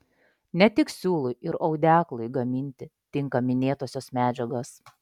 ne tik siūlui ir audeklui gaminti tinka minėtosios medžiagos